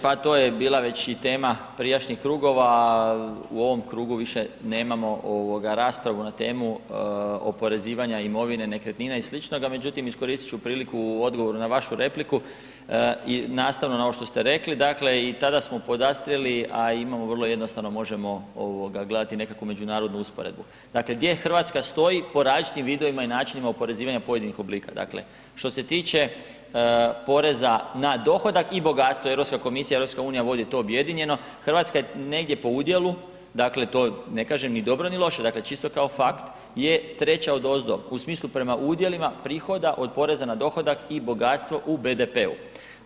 Pa to je bila već i tema prijašnjih krugova, u ovom krugu više nemamo ovoga raspravu na temu oporezivanja imovine, nekretnina i sličnoga, međutim iskoristit ću priliku u odgovoru na vašu repliku i nastavno na ovo što ste rekli, dakle i tada smo podastrijeli, a imamo, vrlo jednostavno možemo ovoga gledati nekakvu međunarodnu usporedbu, dakle, gdje RH stoji po različitim vidovima i načinima oporezivanja pojedinih oblika, dakle, što se tiče poreza na dohodak i bogatstvo, Europska komisija, EU, vodi to objedinjeno, RH je negdje po udjelu, dakle to ne kažem ni dobro, ni loše, čisto kao fakt je treća odozdo u smislu prema udjelima prihoda od poreza na dohodak i bogatstvo u BDP-u.